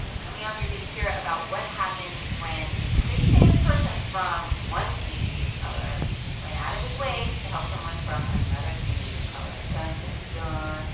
coming up, you're going to hear about what happened when a pretty famous person from one community of color went out of his way to help someone from another community of color. dun, dun, dun.